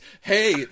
Hey